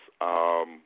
Yes